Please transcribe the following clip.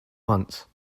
once